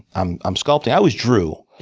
i'm i'm sculpting. i always drew,